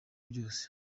byose